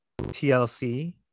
TLC